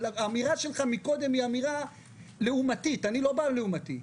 האמירה שלך מקודם היא אמירה לעומתית; אני לא לעומתי,